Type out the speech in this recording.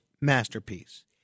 masterpiece